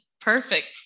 perfect